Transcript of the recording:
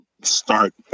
start